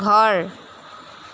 ঘৰ